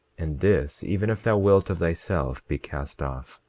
and this even if thou wilt of thyself be cast off.